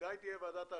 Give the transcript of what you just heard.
מתי תהיה ועדת ההשקעות?